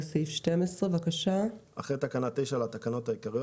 "הוספת תקנה 9א 12 אחרי תקנה 9 לתקנות העיקריות